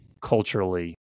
culturally